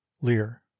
Lear